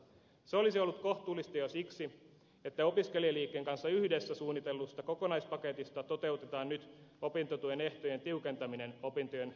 se olisi ollut kohtuullista jo siksi että opiskelijaliikkeen kanssa yhdessä suunnitellusta kokonaispaketista toteutetaan nyt opintotuen ehtojen tiukentaminen opintojen nopeuttamiseksi